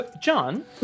John